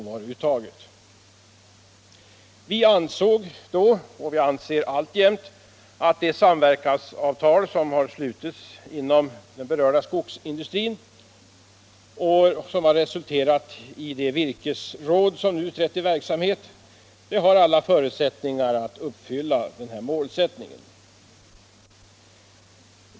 Vi ansåg då och anser alltjämt att ett samverkansavtal som slutits inom den berörda skogsindustrin och som har resulterat i de virkesråd som nu har trätt i verksamhet har alla förutsättningar att uppfylla den målsättningen.